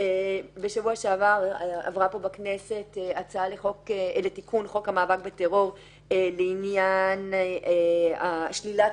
בשבוע שעבר עברה פה בכנסת הצעה לתיקון חוק המאבק בטרור לעניין שלילת